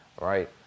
right